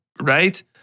right